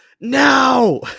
now